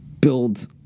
build